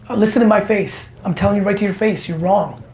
ah listen to my face, i'm telling you right to your face, you're wrong.